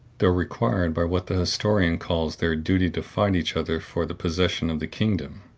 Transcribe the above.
though required by what the historian calls their duty to fight each other for the possession of the kingdom.